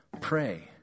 pray